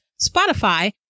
Spotify